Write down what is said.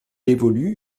évolue